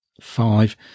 Five